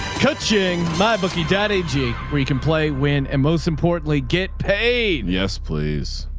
kuching my bookie daddy g where you can play when and most importantly get paid. yes, please.